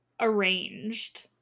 arranged